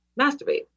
masturbate